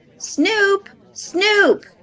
snoop! snoop!